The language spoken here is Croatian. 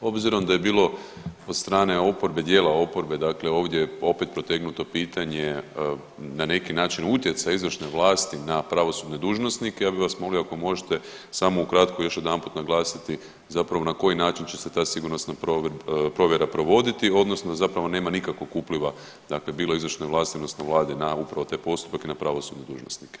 Obzirom da je bilo od strane oporbe, dijela oporbe dakle ovdje je opet protegnuto pitanje na neki način utjecaj izvršne vlasti na pravosudne dužnosnike ja bi vas molio ako možete samo ukratko još jedanput naglasiti zapravo na koji način će se ta sigurnosna provjera provoditi odnosno zapravo nema nikakvog upliva dakle bilo izvršne vlasti odnosno vlade na upravo te postupke i na pravosudne dužnosnike.